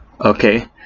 Okay